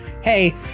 hey